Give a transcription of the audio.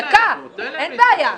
אין בעיה.